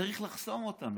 וצריך לחסום אותם.